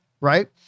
Right